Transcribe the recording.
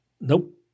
Nope